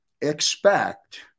expect